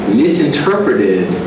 misinterpreted